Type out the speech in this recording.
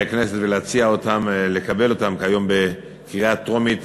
הכנסת ולהציע לקבל אותה היום בקריאה טרומית